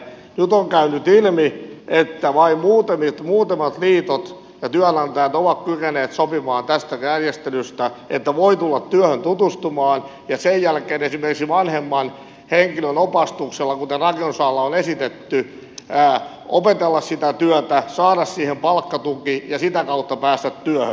nyt on käynyt ilmi että vain muutamat liitot ja työnantajat ovat kyenneet sopimaan tästä järjestelystä että voi tulla työhön tutustumaan ja sen jälkeen esimerkiksi vanhemman henkilön opastuksella kuten rakennusalalla on esitetty opetella sitä työtä saada siihen palkkatuki ja sitä kautta päästä työhön